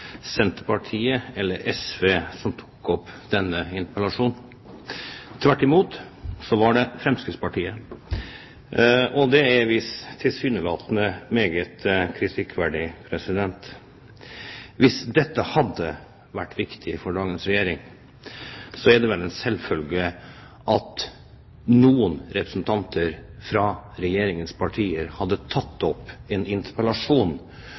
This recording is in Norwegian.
Senterpartiet eller SV som tok opp denne interpellasjonen. Tvert imot så var det Fremskrittspartiet, og det er tilsynelatende meget kritikkverdig. Hvis dette hadde vært viktig for dagens regjering, er det vel en selvfølge at noen representanter fra Regjeringens partier hadde tatt opp en interpellasjon